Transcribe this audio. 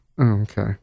okay